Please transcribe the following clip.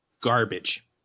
garbage